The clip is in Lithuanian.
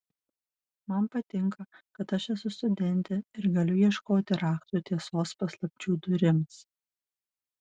man patinka kad aš esu studentė ir galiu ieškoti raktų tiesos paslapčių durims